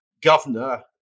governor